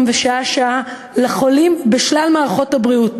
ושעה-שעה לחולים בשלל מערכות הבריאות,